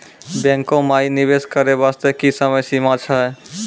बैंको माई निवेश करे बास्ते की समय सीमा छै?